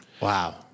Wow